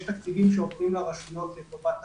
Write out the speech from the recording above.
יש תקציבים שעוברים לרשויות לטובת תשתיות,